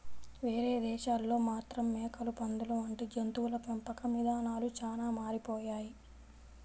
వేరే దేశాల్లో మాత్రం మేకలు, పందులు వంటి జంతువుల పెంపకం ఇదానాలు చానా మారిపోయాయి